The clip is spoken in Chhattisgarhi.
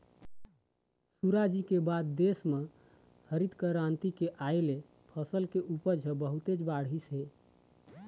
सुराजी के बाद देश म हरित करांति के आए ले फसल के उपज ह बहुतेच बाढ़िस हे